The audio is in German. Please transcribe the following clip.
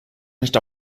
nicht